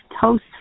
toast